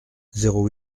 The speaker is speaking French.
zéro